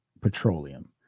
petroleum